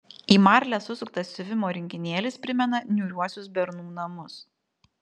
į marlę susuktas siuvimo rinkinėlis primena niūriuosius bernų namus